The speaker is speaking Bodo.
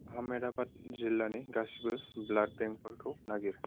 आहमेदाबाद जिल्लानि गासिबो ब्लाड बेंकफोरखौ नागिर